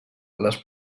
les